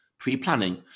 pre-planning